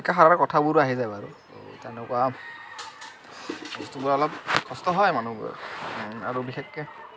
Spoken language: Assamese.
জিকা হৰাৰ কথাবোৰো আহি যায় বাৰু তেনেকুৱা বস্তুবোৰত কষ্ট হয় মানুহবোৰৰ আৰু বিশেষকৈ